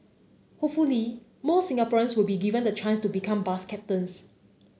hopefully more Singaporeans will be given the chance to become bus captains